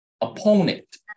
opponent